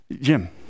Jim